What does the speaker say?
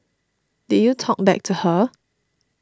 did you talk back to her